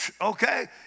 Okay